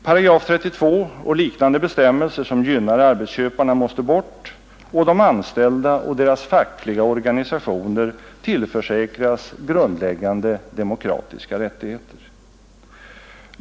§ 32 och liknande bestämmelser som gynnar arbetsköparna måste bort och de anställda och deras fackliga organisationer tillförsäkras grundläggande demokratiska rättigheter.